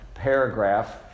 paragraph